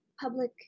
public